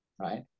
right